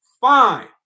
Fine